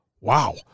wow